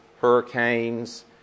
hurricanes